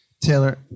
Taylor